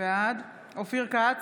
בעד אופיר כץ,